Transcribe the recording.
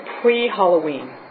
pre-Halloween